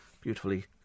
beautifully